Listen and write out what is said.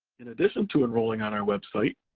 in addition to enrolling on our website,